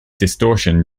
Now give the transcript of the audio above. distortion